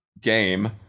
game